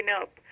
up